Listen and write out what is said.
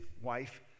wife